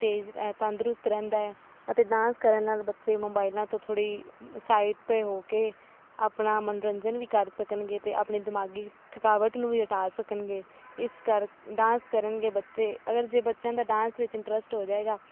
ਤੇਜ਼ ਅ ਤੰਦਰੁਸਤ ਰਹਿੰਦਾ ਅਤੇ ਡਾਂਸ ਕਰਨ ਨਾਲ ਬੱਚੇ ਮੋਬਾਈਲਾਂ ਤੋਂ ਥੋੜ੍ਹੀ ਸਾਈਟ ਹੋ ਕੇ ਆਪਣਾ ਮਨੋਰੰਜਨ ਵੀ ਕਰ ਸਕਣਗੇ ਅਤੇ ਆਪਣੇ ਦਿਮਾਗੀ ਥਕਾਵਟ ਨੂੰ ਵੀ ਹਟਾ ਸਕਣਗੇ ਇਸ ਕਰ ਡਾਂਸ ਕਰਨਗੇ ਬੱਚੇ ਅਗਰ ਜੇ ਬੱਚਿਆਂ ਦਾ ਡਾਂਸ ਵਿੱਚ ਇੰਟਰਸਟ ਹੋ ਜਾਵੇਗਾ